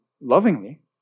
lovingly